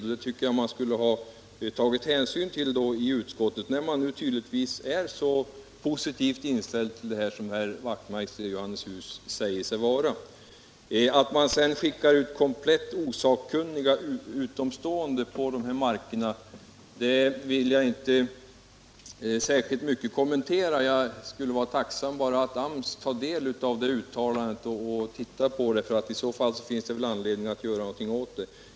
Jag tycker att herr Wachtmeister i Johannishus borde ha tagit hänsyn till detta under utskottsbehandlingen, när han nu säger sig vara så positivt inställd. Påståendet att man skickar ut komplett osakkunniga utomstående på dessa marker vill jag inte särskilt mycket kommentera. Jag skulle emellertid vara tacksam om AMS tar del av detta uttalande. Om det förhåller sig på detta sätt, finns det väl anledning att göra någonting åt det.